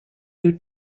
due